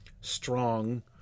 strong